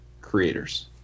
creators